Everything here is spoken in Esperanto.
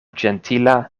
ĝentila